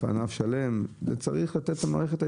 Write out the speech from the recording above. זה ענף שלם,